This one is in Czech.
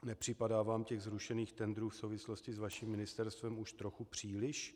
Nepřipadá vám těch zrušených tendrů v souvislosti s vaším ministerstvem už trochu příliš?